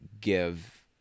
give